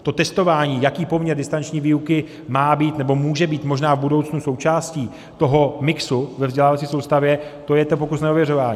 To testování, jaký poměr distanční výuky má být nebo může být možná v budoucnu součástí toho mixu ve vzdělávací soustavě, to je to pokusné ověřování.